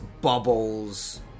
bubbles